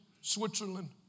Switzerland